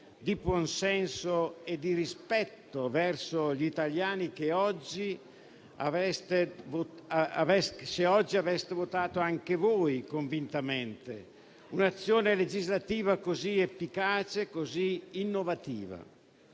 di buonsenso e di rispetto verso gli italiani se oggi aveste votato anche voi convintamente un'azione legislativa così efficace e innovativa.